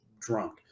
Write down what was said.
drunk